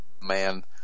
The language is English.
man